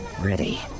Ready